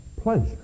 pleasure